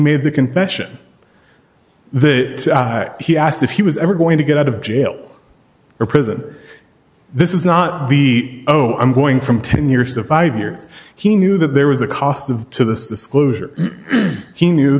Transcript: made the confession that he asked if he was ever going to get out of jail or prison this is not the oh i'm going from ten years to five years he knew that there was a cost to this disclosure he knew